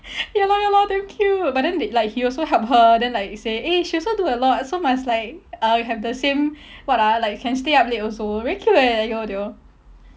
ya lor ya lor damn cute but then they like he also help her then like say eh she also do a lot so must like uh we have the same what ah like can stay up late also very cute eh !aiyo! they all